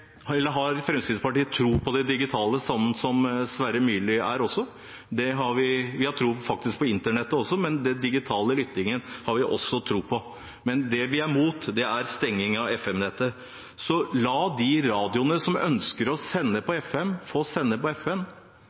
har tro på det digitale, slik representanten Sverre Myrli også har. Vi har tro på internettet, men den digitale lyttingen har vi også tro på. Det vi er mot, det er stengning av FM-nettet. La de radioene som ønsker å sende på FM, få sende på